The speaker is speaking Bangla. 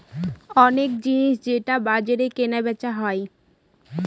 অনেক জিনিস যেটা বাজারে কেনা বেচা হয়